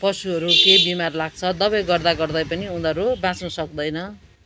पशुहरू के बिमार लाग्छ दबाई गर्दा गर्दै पनि उनीहरू बाँच्नु सक्दैन